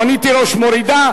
רונית תירוש מורידה.